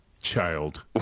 Child